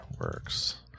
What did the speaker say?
works